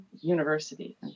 university